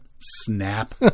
snap